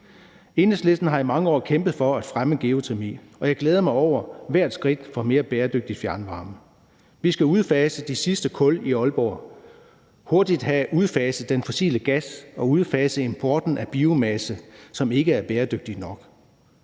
Enhedslisten har i mange år kæmpet for at fremme geotermi, og jeg glæder mig over hvert skridt, der tages hen imod mere bæredygtig fjernvarme. Vi skal udfase de sidste kul i Aalborg og hurtigt have udfaset den fossile gas og udfaset importen af biomasse, som ikke er bæredygtig nok.